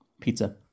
Pizza